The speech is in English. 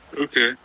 Okay